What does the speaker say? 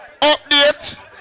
Update